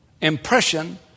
impression